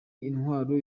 intwaro